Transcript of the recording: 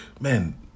man